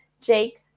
Jake